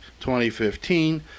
2015